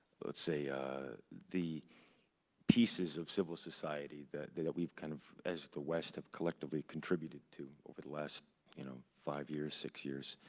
let's say the pieces of civil society that that we've kind of, as the west, have collectively contributed to over the last you know five years, six years.